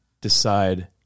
decide